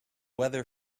weather